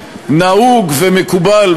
נהוג ומקובל,